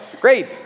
Great